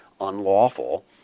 unlawful